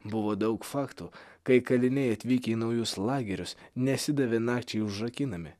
buvo daug faktų kai kaliniai atvykę į naujus lagerius nesidavė nakčiai užrakinami